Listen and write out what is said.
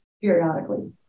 periodically